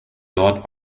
dort